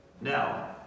Now